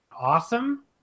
Awesome